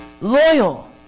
Loyal